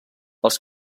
els